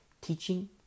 teaching